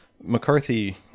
McCarthy